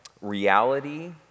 reality